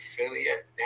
affiliate